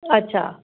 अच्छा